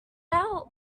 out